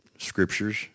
scriptures